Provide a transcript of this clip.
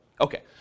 okay